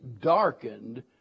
darkened